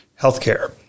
healthcare